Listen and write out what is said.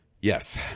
Yes